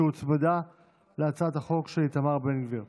שהוצמדה להצעת החוק של איתמר בן גביר.